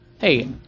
hey